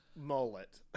Mullet